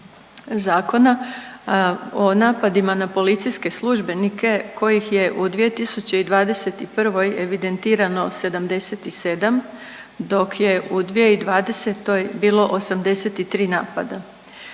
zakona o napadima na policijske službenike kojih je u 2021. evidentirano 77 dok je u 2020. bilo 83 napada.